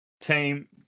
Team